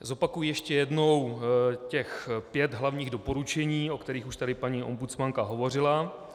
Zopakuji ještě jednou pět hlavních doporučení, o kterých už tady paní ombudsmanka hovořila.